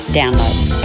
downloads